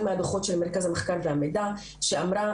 מהדוחות של מרכז המחקר והמידע שאמרה,